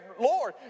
Lord